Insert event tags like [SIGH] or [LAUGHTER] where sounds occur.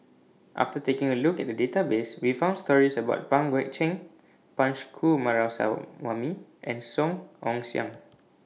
after taking A Look At The Database We found stories about Pang Guek Cheng Punch [UNINTELLIGIBLE] and Song Ong Siang